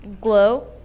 Glow